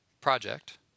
project